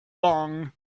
long